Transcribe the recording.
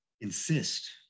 insist